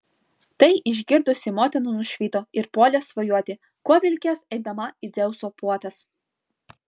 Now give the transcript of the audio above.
tai išgirdusi motina nušvito ir puolė svajoti kuo vilkės eidama į dzeuso puotas